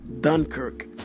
Dunkirk